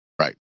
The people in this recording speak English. Right